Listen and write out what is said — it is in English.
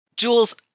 Jules